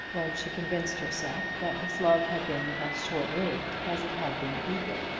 when she convinced herself that his love had been as short-lived as it had been eager.